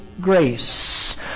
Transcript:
grace